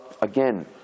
again